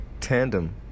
tandem